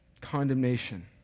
condemnation